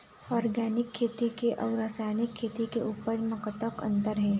Organic खेती के अउ रासायनिक खेती के उपज म कतक अंतर हे?